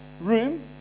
room